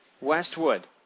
Westwood